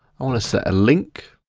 i wanna set a link,